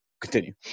Continue